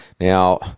Now